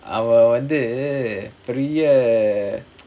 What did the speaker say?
அவன் வந்து பெரிய:avan vanthu periya